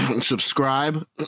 subscribe